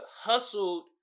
hustled